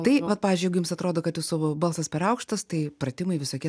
tai vat pavyzdžiui jeigu jums atrodo kad jūsų balsas per aukštas tai pratimai visokie